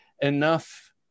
enough